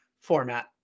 format